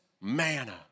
manna